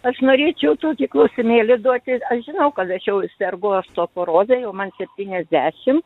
aš norėčiau tokį klausimėlį duoti aš žinau kad aš jau sergu ostoporoze jau man septyniasdešimt